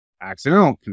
accidental